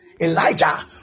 Elijah